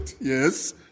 Yes